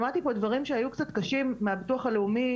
שמעתי פה דברים שהיו קצת קשים מהמוסד לביטוח לאומי,